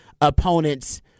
opponents